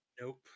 Nope